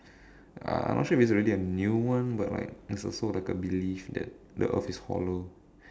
uh I not sure if it's really a new one but like it's also like a belief that the earth is hollow